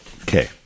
Okay